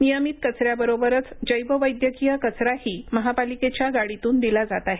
नियमित कचऱ्याबरोबरच जैव वैद्यकीय कचराही महापालिकेच्या गाडीतून दिला जात आहे